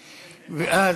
ואז,